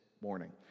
morning